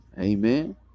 Amen